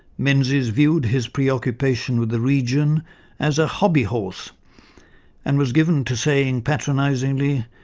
menzies viewed his preoccupation with the region as a hobby horse and was given to saying patronisingly,